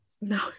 No